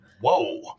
whoa